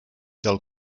del